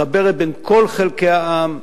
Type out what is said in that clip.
מחברת בין כל חלקי העם,